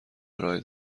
ارائه